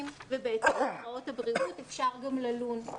ובהתאם להוראות בריאות אפשר גם ללון.